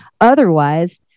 Otherwise